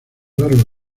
largo